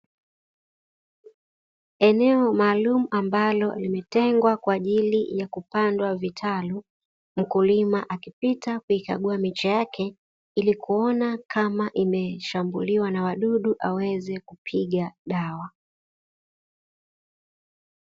Eneo maalumu ambalo limetengwa kwa ajili ya kupandwa vitalu, mkulima akipita kuikagua miche yake ili kuona kama imeshambuliwa na wadudu aweze kupiga dawa.